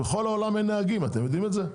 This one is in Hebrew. בכל העולם אין נהגים, אתם יודעים את זה?